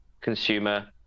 consumer